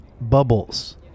bubbles